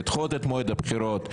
לדחות את מועד הבחירות,